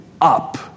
up